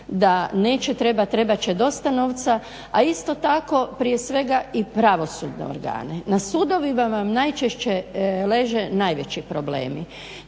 trebati, trebat će dosta novca a isto tako prije svega i pravosudne organe. Na sudovima vam najčešće leže najveći problemi,